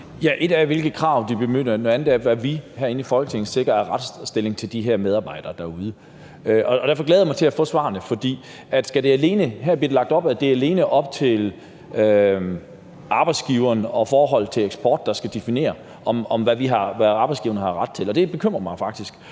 mødt af, noget andet er, hvad vi herinde i Folketinget sikrer af retsstilling til de her medarbejdere derude. Og derfor glæder jeg mig til at få svarene. Her bliver der lagt op til, at det er op til arbejdsgiveren, altså at det alene er forholdet til eksport, der skal definere, hvad arbejdsgiverne har ret til, og det bekymrer mig faktisk.